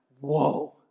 whoa